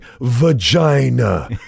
vagina